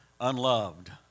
unloved